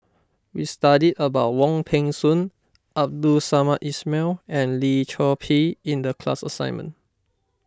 we studied about Wong Peng Soon Abdul Samad Ismail and Lim Chor Pee in the class assignment